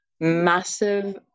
massive